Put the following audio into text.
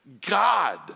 God